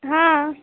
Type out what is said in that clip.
हां